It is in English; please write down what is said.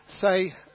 say